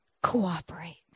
cooperate